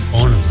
on